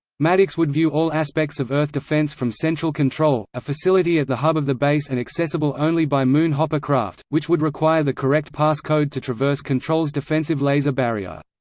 maddox would view all aspects of earth defence from central control, a facility at the hub of the base and accessible only by moon hopper craft, which would require the correct pass-code to traverse control's defensive laser barrier.